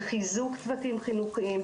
בחיזוק צוותים חינוכיים,